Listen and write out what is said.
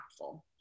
impactful